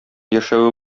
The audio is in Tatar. яшәве